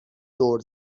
دور